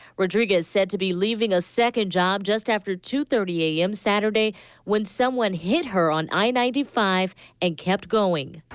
rodriguez said to be leaving a second job just afte ah two thirty a m. saturday when someone hit her on i ninety five and kept going.